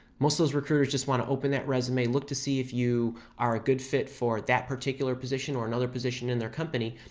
most of those recruiters just want to open that resume, look to see if you are a good fit for that particular position or another position in their company.